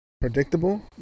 Predictable